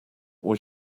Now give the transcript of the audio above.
was